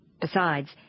Besides